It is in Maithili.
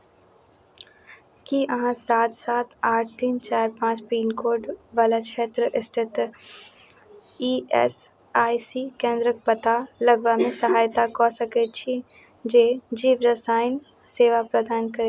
की अहाँ सात सात आठ तीन चारि पाँच पिन कोड बला क्षेत्र स्थित ई एस आई सी केंद्रक पता लगबामे सहायता कऽ सकैत छी जे जीव रसायन सेवा प्रदान करय